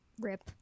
rip